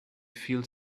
feel